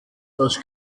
das